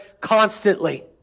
constantly